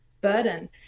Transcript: burden